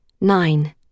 nine